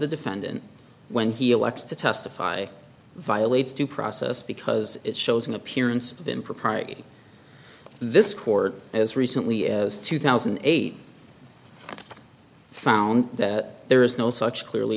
the defendant when he elects to testify violates due process because it shows an appearance of impropriety this court as recently as two thousand and eight found that there is no such clearly